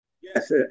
Yes